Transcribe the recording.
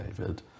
David